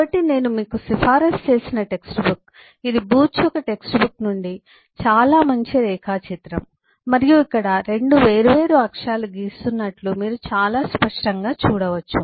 కాబట్టి నేను మీకు సిఫారసు చేసిన టెక్స్ట్ బుక్ ఇది బూచ్ యొక్క టెక్స్ట్ బుక్ నుండి చాలా మంచి రేఖాచిత్రం మరియు ఇక్కడ 2 వేర్వేరు అక్షం గీస్తున్నట్లు మీరు చాలా స్పష్టంగా చూడవచ్చు